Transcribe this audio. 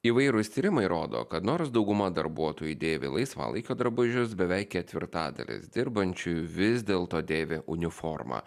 įvairūs tyrimai rodo kad nors dauguma darbuotojų dėvi laisvalaikio drabužius beveik ketvirtadalis dirbančiųjų vis dėlto dėvi uniformą